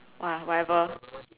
!wah! whatever